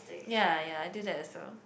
ya ya I do that also